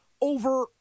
over